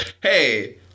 hey